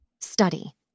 Study